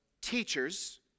teachers